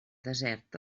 desert